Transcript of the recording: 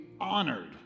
honored